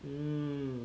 hmm